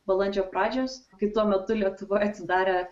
balandžio pradžios kai tuo metu lietuvoj atsidarė